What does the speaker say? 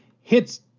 hits